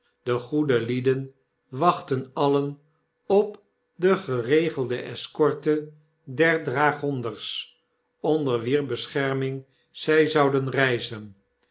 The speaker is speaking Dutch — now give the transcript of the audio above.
die goede lieden wachtten alien op de geregelde escorte der dragonders onder wier bescherming zy zouden reizen